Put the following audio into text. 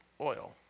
oil